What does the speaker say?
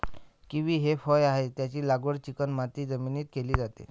kiwi हे फळ आहे, त्याची लागवड चिकणमाती जमिनीत केली जाते